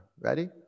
Ready